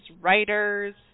writers